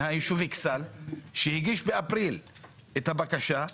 שהגיש באפריל את הבקשה,